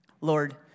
Lord